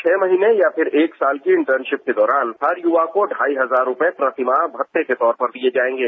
छह महीने या फिर एक साल के इंटर्नशिप के दौरान हर युवा को ढाई हजार रूपये प्रतिमाह भत्ते के तौर पर दिये जायेंगे